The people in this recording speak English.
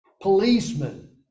policemen